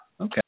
Okay